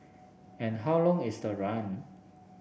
and how long is the run